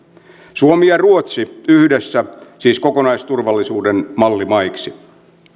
suomi ja ruotsi siis yhdessä kokonaisturvallisuuden mallimaiksi